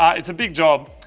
um it's a big job.